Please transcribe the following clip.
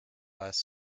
less